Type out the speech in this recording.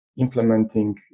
Implementing